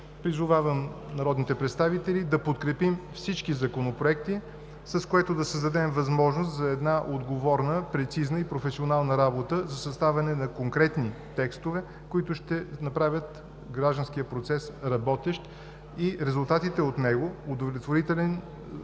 призовавам народните представители да подкрепим всички законопроекти, с което да създадем възможност за отговорна, прецизна и професионална работа за съставяне на конкретни текстове, които ще направят гражданския процес работещ, а резултатите от него – удовлетворителни